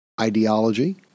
ideology